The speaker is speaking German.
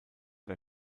der